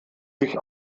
sich